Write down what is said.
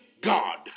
God